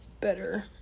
better